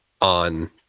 on